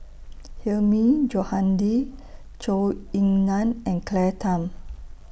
Hilmi Johandi Zhou Ying NAN and Claire Tham